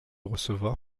recevoir